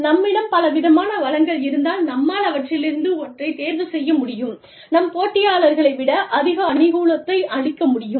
நம்மிடம் பலவிதமான வளங்கள் இருந்தால் நம்மால் அவற்றிலிருந்து ஒன்றைத் தேர்வு செய்ய முடியும் நம் போட்டியாளர்களை விட அதிக அனுகூலத்தை அளிக்க முடியும்